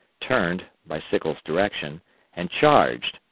turned by sickles' direction and charged,